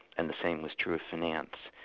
and the same was true of finance.